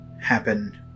happen